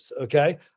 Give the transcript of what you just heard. okay